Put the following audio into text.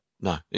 No